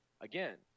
again